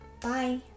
Bye